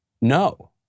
No